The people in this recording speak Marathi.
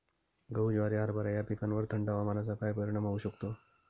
गहू, ज्वारी, हरभरा या पिकांवर थंड हवामानाचा काय परिणाम होऊ शकतो?